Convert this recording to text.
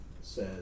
says